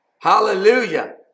Hallelujah